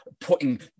putting